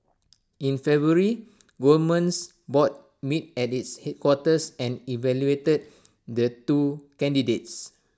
in February Goldman's board met at its headquarters and evaluated the two candidates